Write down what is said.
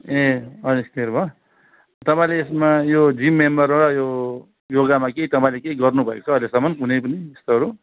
ए अहिले क्लियर भयो तपाईँले यसमा यो जिम मेम्बर र यो योगामा केही तपाईँले केही गर्नुभएको छ अहिलेसम्म कुनै पनि यस्तोहरू